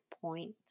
point